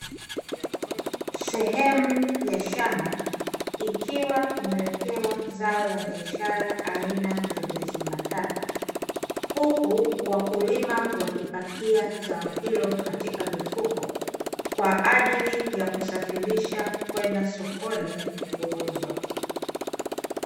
Sehemu shamba ikiwa imewekewa zao la biashara aina ya viazi mbatata, huku wakulima wakipakia zao hilo katika mifuko, kwa ajili ya kusafirisha kwenda sokoni kuuzwa.